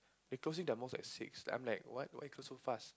they closing their mall at six I'm like what why you close so fast